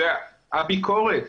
זה הביקורת.